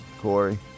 Corey